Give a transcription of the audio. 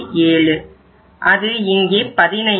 70 அது இங்கே 15